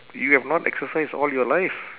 you have not exercise all your life